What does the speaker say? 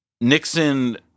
Nixon